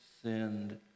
sinned